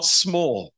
small